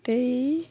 ଦେଇ